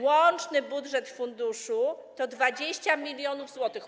Łączny budżet funduszu to 20 mln zł.